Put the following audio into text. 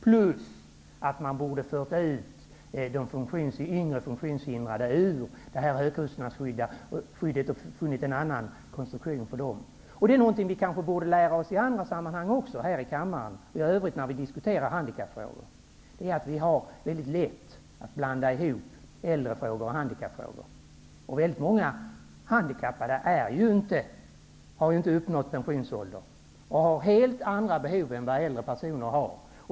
Dessutom borde man ha fört ut de yngre funktionshindrade ur högkostnadsskyddet och funnit en annan konstruktion för dem. Detta borde vi kanske lära oss i andra sammanhang här i kammaren och i övrigt när vi diskuterar handikappfrågor. Vi har mycket lätt att blanda ihop äldrefrågor och handikappfrågor. Många handikappade har inte uppnått pensionsåldern. De har helt andra behov än vad äldre personer har.